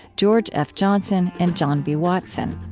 george f. johnson and john b. watson.